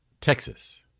Texas